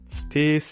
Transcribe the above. stay